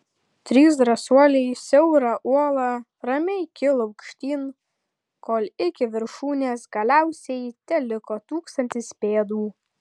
trys drąsuoliai siaura uola ramiai kilo aukštyn kol iki viršūnės galiausiai teliko tūkstantis pėdų